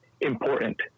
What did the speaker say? important